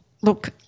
look